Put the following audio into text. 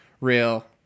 real